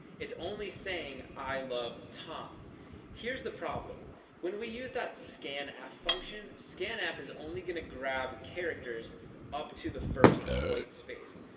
it's only saying i love tom here's the problem when we use that scanf ah function scanf is only going to grab characters up to the first whitespace,